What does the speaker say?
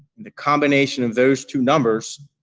the combination of those two numbers,